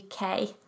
UK